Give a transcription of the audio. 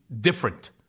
different